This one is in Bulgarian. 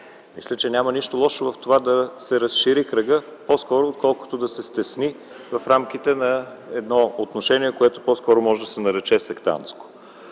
Мисля, че няма нищо лошо в това да се разшири кръгът, отколкото да се стесни в рамките на едно отношение, което по-скоро може да се нарече сектантско.